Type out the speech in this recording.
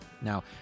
Now